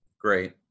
Great